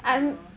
aw